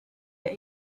that